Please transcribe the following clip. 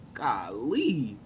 golly